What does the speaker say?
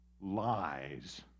lies